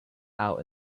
out